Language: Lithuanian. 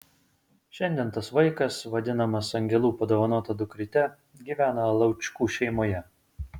šiandien tas vaikas vadinamas angelų padovanota dukryte gyvena laučkų šeimoje